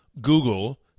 Google